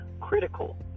critical